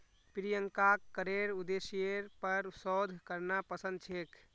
प्रियंकाक करेर उद्देश्येर पर शोध करना पसंद छेक